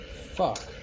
Fuck